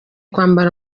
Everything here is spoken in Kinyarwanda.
kwambara